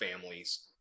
families